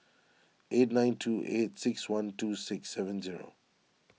eight nine two eight six one two six seven zero